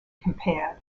compared